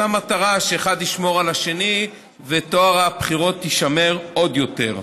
כדי שהאחד ישמור על השני וטוהר הבחירות יישמר עוד יותר.